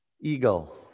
eagle